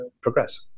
progress